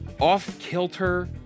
off-kilter